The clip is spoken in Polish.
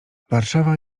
warszawa